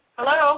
Hello